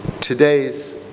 today's